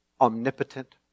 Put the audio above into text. omnipotent